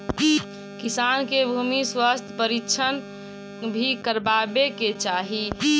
किसान के भूमि स्वास्थ्य परीक्षण भी करवावे के चाहि